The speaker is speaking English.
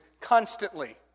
constantly